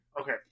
Okay